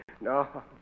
No